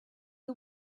you